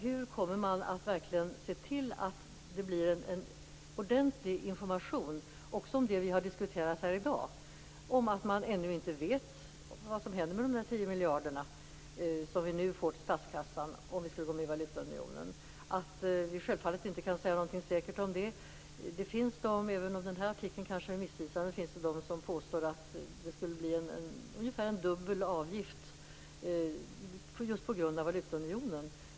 Hur kommer man att se till att det verkligen blir en ordentlig information också om det vi har diskuterat här i dag? Man vet ännu inte vad som händer med de tio miljarder som vi nu får till statskassan om vi skulle gå med i valutaunionen. Vi kan självfallet inte säga någonting säkert om det. Även om artikeln kanske är missvisande finns det de som påstår att avgiften skulle fördubblas just på grund av valutaunionen.